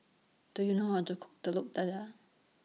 Do YOU know How to Cook Telur Dadah